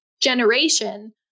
generation